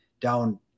down